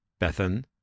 Bethan